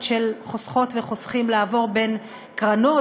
של חוסכות וחוסכים לעבור בין קרנות,